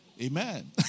Amen